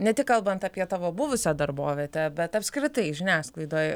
ne tik kalbant apie tavo buvusią darbovietę bet apskritai žiniasklaidoj